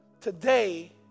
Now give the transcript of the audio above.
today